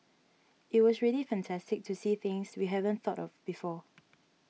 it was really fantastic to see things we haven't thought of before